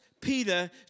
Peter